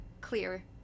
clear